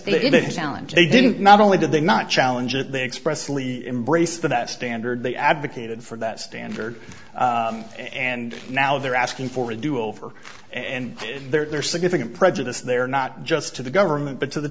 it is alan j didn't not only did they not challenge it they express lee embrace that standard they advocated for that standard and now they're asking for a do over and there's significant prejudice there not just to the government but to the